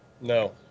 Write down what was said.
no